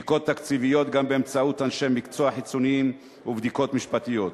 בדיקות תקציביות גם באמצעות אנשי מקצועי חיצוניים ובדיקות משפטיות.